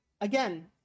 again